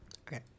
Okay